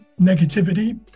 negativity